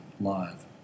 Live